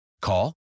Call